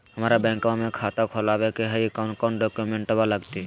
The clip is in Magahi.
हमरा बैंकवा मे खाता खोलाबे के हई कौन कौन डॉक्यूमेंटवा लगती?